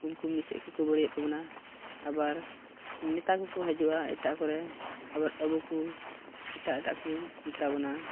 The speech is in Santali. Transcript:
ᱩᱱᱠᱩ ᱢᱤᱫ ᱥᱮᱫ ᱠᱷᱚᱱ ᱠᱚ ᱵᱟᱹᱲᱤᱡᱮᱫ ᱛᱟᱵᱚᱱᱟ ᱟᱵᱟᱨ ᱱᱮᱛᱟ ᱠᱚᱠᱚ ᱦᱤᱡᱩᱜᱼᱟ ᱮᱴᱟᱜ ᱠᱚᱨᱮ ᱟᱵᱟᱨ ᱟᱵᱚ ᱠᱚ ᱮᱴᱟᱜ ᱮᱴᱟᱜ ᱠᱚ ᱢᱮᱛᱟ ᱵᱚᱱᱟ